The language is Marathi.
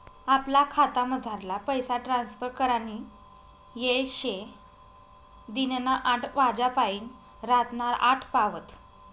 आपला खातामझारला पैसा ट्रांसफर करानी येय शे दिनना आठ वाज्यापायीन रातना आठ पावत